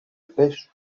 pêche